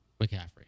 McCaffrey